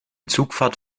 zugfahrt